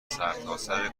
سرتاسر